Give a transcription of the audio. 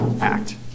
act